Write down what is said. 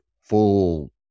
full